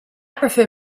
prefer